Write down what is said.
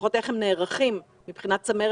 או לפחות איך הם נערכים מבחינת צמרת